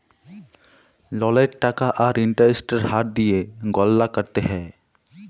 ললের টাকা আর ইলটারেস্টের হার দিঁয়ে গললা ক্যরতে হ্যয়